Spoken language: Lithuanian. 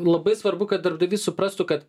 labai svarbu kad darbdavys suprastų kad